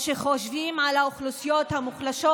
או חושבים על האוכלוסיות המוחלשות